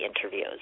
interviews